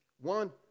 One